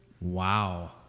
Wow